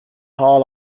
all